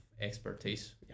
expertise